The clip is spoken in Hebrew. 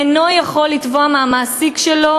אינו יכול לתבוע מהמעסיק שלו,